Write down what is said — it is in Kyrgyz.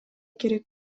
керек